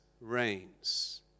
reigns